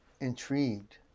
intrigued